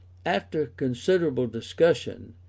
after considerable discussion,